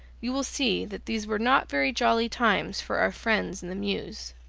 you will see that these were not very jolly times for our friends in the mews.